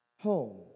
home